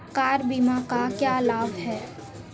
Car बीमा का क्या लाभ है?